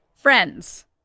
Friends